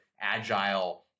agile